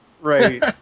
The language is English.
Right